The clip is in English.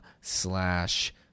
slash